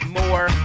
more